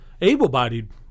Able-bodied